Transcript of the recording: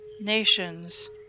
nations